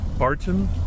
Barton